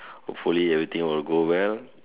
hopefully everything will go well